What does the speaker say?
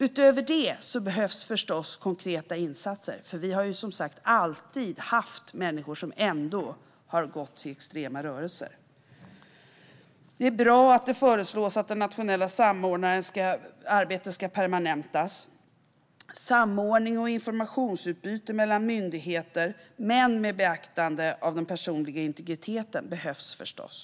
Utöver detta behövs förstås konkreta insatser, för vi har som sagt alltid haft människor som ändå har gått till extrema rörelser. Det är bra att det föreslås att den nationella samordnarens arbete ska permanentas. Samordning och informationsutbyte mellan myndigheter, men med beaktande av den personliga integriteten, behövs förstås.